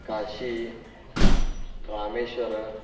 Kashi Rameshwara